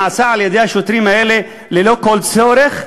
נעשה על-ידי השוטרים האלה ללא כל צורך,